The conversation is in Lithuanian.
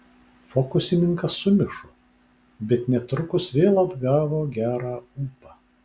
fokusininkas sumišo bet netrukus vėl atgavo gerą ūpą